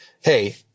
hey